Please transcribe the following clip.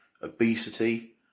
obesity